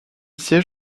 siège